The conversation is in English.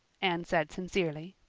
anne said sincerely.